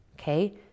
okay